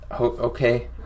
Okay